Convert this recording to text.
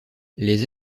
les